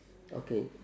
okay